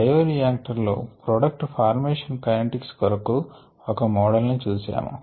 bioreactor లో product formation kinetics కొరకు ఒక మోడల్ ను చూశాము